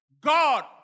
God